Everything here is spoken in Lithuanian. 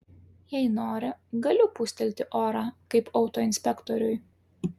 jei nori galiu pūstelti orą kaip autoinspektoriui